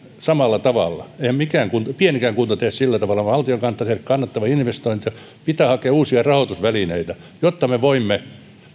samalla tavalla eihän pienikään kunta tee sillä tavalla vaan valtion kannattaa tehdä kannattavia investointeja pitää hakea uusia rahoitusvälineitä jotta me voimme